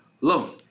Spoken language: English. loan